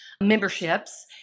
memberships